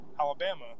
Alabama